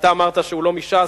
ואתה אמרת שהוא לא מש"ס,